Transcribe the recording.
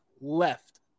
left